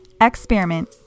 experiment